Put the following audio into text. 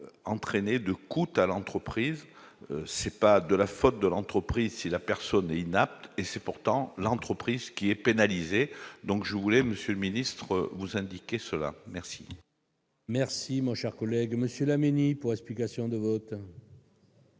entraîné de coûte à l'entreprise, c'est pas de la faute de l'entreprise, si la personne est inapte et c'est pourtant l'entreprise qui est pénalisé, donc je voulais Monsieur le ministre vous indiquer cela merci. Merci mon cher collègue, monsieur Laménie pour explication de vote.